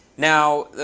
now,